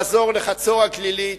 לעזור לחצור-הגלילית,